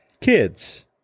Kids